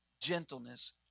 gentleness